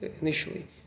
initially